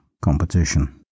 competition